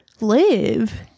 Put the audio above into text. live